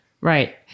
Right